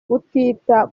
kutita